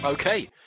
Okay